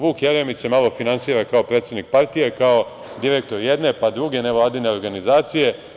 Vuk Jeremić se malo finansira kao predsednik partije, kao direktor jedne, pa druge nevladine organizacije.